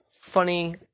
funny